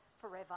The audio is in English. forever